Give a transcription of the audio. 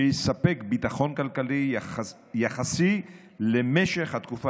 הוא יספק ביטחון כלכלי יחסי למשך התקופה